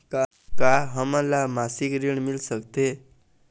का हमन ला मासिक ऋण मिल सकथे?